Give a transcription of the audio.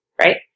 right